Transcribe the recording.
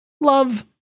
Love